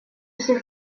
ces